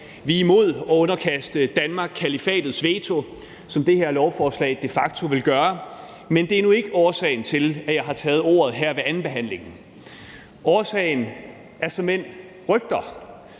Vi er imod at underkaste Danmark kalifatets veto, som det her lovforslag de facto vil gøre. Men det er nu ikke årsagen til, at jeg har taget ordet her ved andenbehandlingen. Årsagen er såmænd rygter.